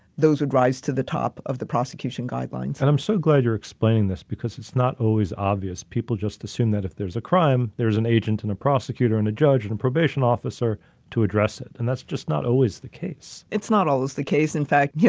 those would rise to the top of the prosecution guidelines. and i'm so glad you're explaining this, because it's not always obvious people just assume that if there's a crime, there's an agent and a prosecutor and a judge and a probation officer to address it. and that's just not always the case. it's not always the case. in fact, yeah